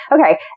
okay